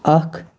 اَکھ